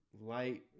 Light